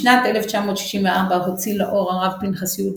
בשנת 1964 הוציא לאור הרב פנחס יהודה